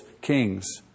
kings